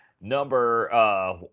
Number